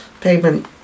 payment